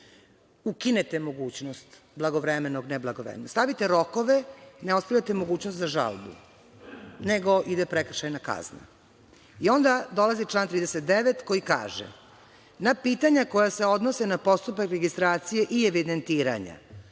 ukinete mogućnost blagovremenog i neblagovremenog, stavite rokove, ne ostavljate mogućnost za žalbu, nego ide prekršajna kazna. I onda dolazi član 39. koji kaže: „Na pitanja koja se odnose na postupak registracije i evidentiranja,